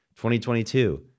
2022